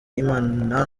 imana